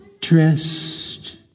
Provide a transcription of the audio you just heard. dressed